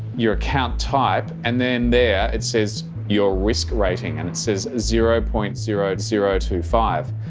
your account type. and then there it says your risk rating and it says zero point zero zero two five.